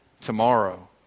tomorrow